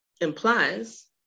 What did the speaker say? implies